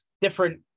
different